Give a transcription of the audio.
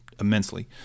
immensely